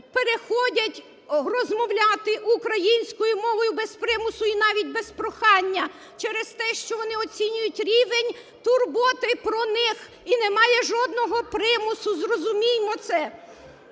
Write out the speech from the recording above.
переходять розмовляти українською мовою без примусу і навіть без прохання через те, що вони оцінюють рівень турботи про них і немає жодного примусу, зрозуміємо це.